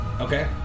Okay